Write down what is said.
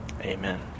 Amen